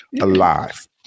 alive